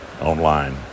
online